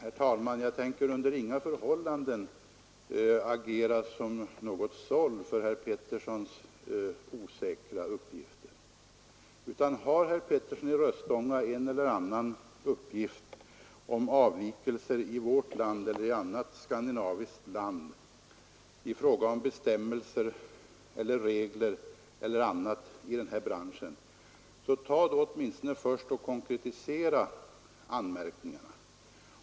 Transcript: Herr talman! Jag tänker under inga förhållanden agera som något såll för herr Peterssons osäkra uppgifter. Har herr Petersson en eller annan uppgift om avvikelser i vårt land eller i annat skandinaviskt land i fråga om bestämmelser, regler eller annat i denna bransch, konkretisera då åtminstone först anmärkningarna!